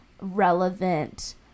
relevant